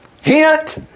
Hint